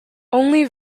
only